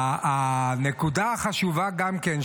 נקודה חשובה גם כן,